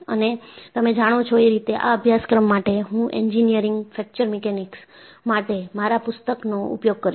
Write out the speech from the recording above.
અને તમે જાણો છો એ રીતે આ અભ્યાસક્રમ માટે હું એન્જિનિયરિંગ ફ્રેક્ચર મિકેનિક્સ માટે મારા પુસ્તકનો ઉપયોગ કરીશ